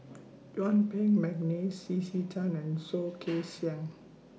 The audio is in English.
Yuen Peng Mcneice C C Tan and Soh Kay Siang